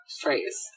phrase